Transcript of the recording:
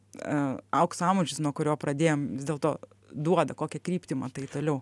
aukso amžius nuo kurio pradėjom vis dėlto duoda kokią kryptį matai toliau